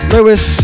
Lewis